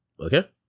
Okay